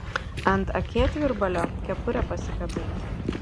ant akėtvirbalio kepurę pasikabink